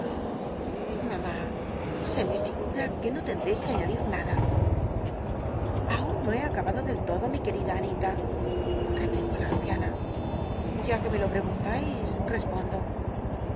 amá se me figura que no tendrcis que aita dir nada aun no he acabado del todo mi querida anita replicó la anciana ya que me lo prcguntab respondo no